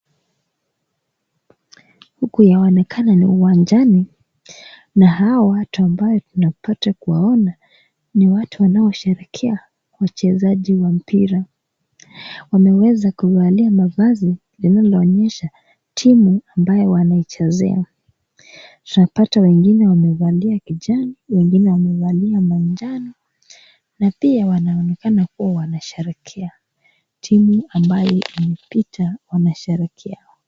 Huku yaonekana ni uwanjani na hawa watu ambayo tunapata kuwaona, ni watu wanaosherehekea uchezaji wa mpira. Wameweza kuvalia mavazi linaloonyesha timu ambayo wanaichezea. Tunapata wengine wamevalia kijani, wengine wamevalia manjano na pia wanaonekana kuwa wanasherehekea timu ambayo imepita, wanasherehekewa.